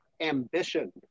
Ambition